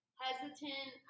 hesitant